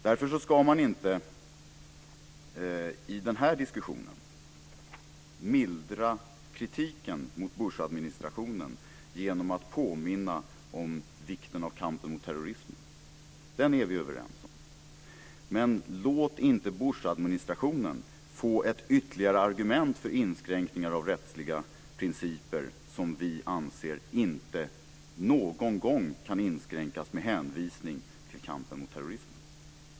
Därför ska man inte i den här diskussionen mildra kritiken mot Bushadministrationen genom att påminna om vikten av kampen mot terrorismen - den är vi överens om. Men låt inte Bushadministrationen få ett ytterligare argument mot inskränkningar av rättsliga principer, som vi anser inte någon gång kan inskränkas med hänvisning till kampen mot terrorismen.